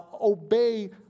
obey